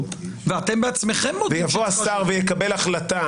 ואתם בעצמכם מודים --- ויבוא השר ויקבל החלטה